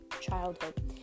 childhood